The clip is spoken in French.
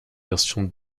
versions